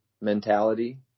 mentality